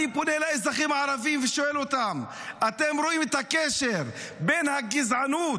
אני פונה לאזרחים הערבים ושואל אותם: אתם רואים את הקשר בין הגזענות